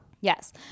Yes